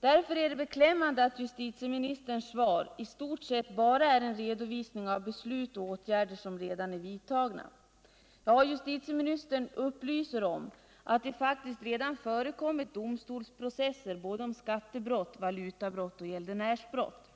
Därför är det beklämmande att justitieministerns svar i stort sett bara är en redovisning av beslut och åtgärder som redan är vidtagna. Ja, justitieministern upplyser om att det faktiskt redan förekommit domstolsprocesser om både skattebrott, valutabrott och gäldenärsbrott.